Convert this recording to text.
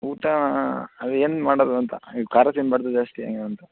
ಊಟ ಅದೇ ಏನು ಮಾಡೋದು ಅಂತ ನೀವು ಖಾರ ತಿನ್ನಬಾರದು ಜಾಸ್ತಿ ಅಂತ